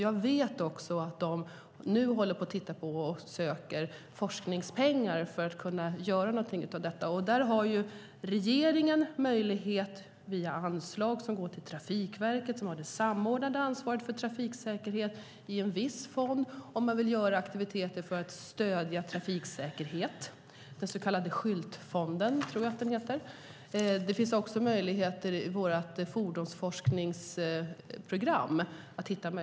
Jag vet också att de nu håller på att titta på det och söker forskningspengar för att kunna göra någonting av detta. Där har regeringen möjlighet att stödja via anslag som går till Trafikverket, som har det samordnade ansvaret för trafiksäkerhet, och via en viss fond om man vill göra aktiviteter för att stödja trafiksäkerhet, den så kallade skyltfonden, som jag tror att den heter. Det går också att hitta möjligheter i vårt fordonsforskningsprogram.